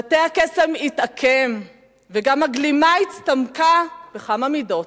מטה הקסם התעקם וגם הגלימה הצטמקה בכמה מידות.